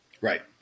Right